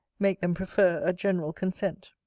make them prefer a general consent.